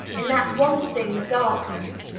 in that one thing, darkness.